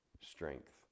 strength